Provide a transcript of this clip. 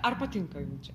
ar patinka jum čia